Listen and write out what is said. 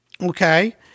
Okay